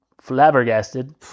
flabbergasted